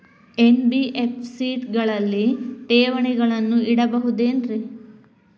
NBFC ಗಳಲ್ಲಿ ಠೇವಣಿಗಳನ್ನು ಇಡಬಹುದೇನ್ರಿ?